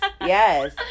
yes